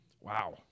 wow